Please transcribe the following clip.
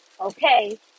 Okay